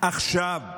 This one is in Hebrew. עכשיו,